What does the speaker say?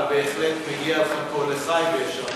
אבל בהחלט מגיע לך כה לחי ויישר כוח.